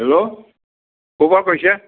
hello ক'ৰ পৰা কৈছে